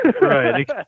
right